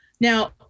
Now